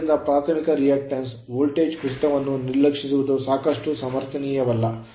ಆದ್ದರಿಂದ ಪ್ರಾಥಮಿಕ reactance ಪ್ರತಿಕ್ರಿಯೆಯಲ್ಲಿ ವೋಲ್ಟೇಜ್ ಕುಸಿತವನ್ನು ನಿರ್ಲಕ್ಷಿಸುವುದು ಸಾಕಷ್ಟು ಸಮರ್ಥನೀಯವಲ್ಲ